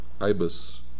Ibis